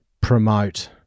promote